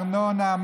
ארנונה,